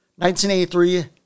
1983